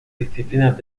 disciplinas